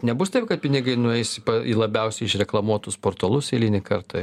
nebus taip kad pinigai nueis į labiausiai išreklamuotus portalus eilinį kartą